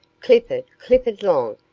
clifford, clifford long,